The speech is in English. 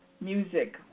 music